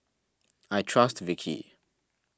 I trust Vichy